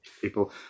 people